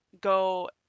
go